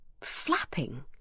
flapping